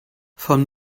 von